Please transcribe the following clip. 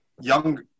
young